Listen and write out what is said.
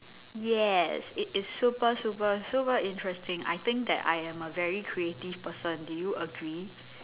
yes it is super super super interesting I think that I am a very creative person do you agree